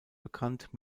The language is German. bekannt